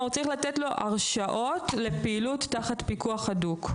כלומר צריך לתת לו הרשאות לפעילות תחת פיקוח הדוק.